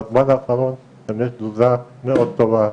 בזמן האחרון גם יש תזוזה מאוד טובה,